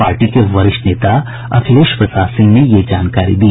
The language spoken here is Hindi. पार्टी के वरिष्ठ नेता अखिलेश प्रसाद सिंह ने यह जानकारी दी